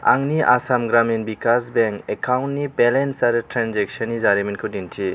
आंनि आसाम ग्रामिन भिकास बेंक एकाउन्टनि बेलेन्स आरो ट्रेनजेक्सननि जारिमिनखौ दिन्थि